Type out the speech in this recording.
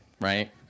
right